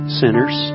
sinners